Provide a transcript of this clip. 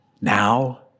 now